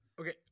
Okay